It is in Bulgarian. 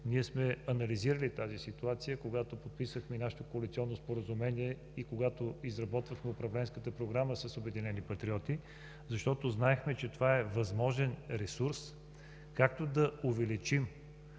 анализирали сме тази ситуация, когато подписахме и нашето коалиционно споразумение и когато изработвахме Управленската програма с „Обединени патриоти“. Защото знаехме, че това е възможен ресурс, както да увеличим